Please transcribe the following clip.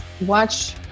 watch